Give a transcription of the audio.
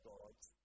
God's